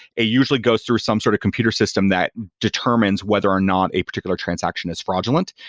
it usually go through some sort of computer system that determines whether or not a particular transaction is fraudulent.